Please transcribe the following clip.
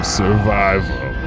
survival